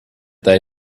they